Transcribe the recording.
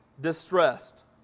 distressed